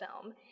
film